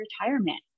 retirement